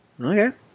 Okay